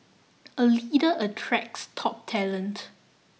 a leader attracts top talent